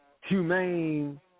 humane